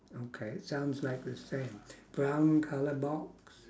okay sounds like the same brown colour box